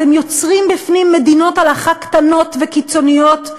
אתם יוצרים בפנים מדינות הלכה קטנות וקיצוניות,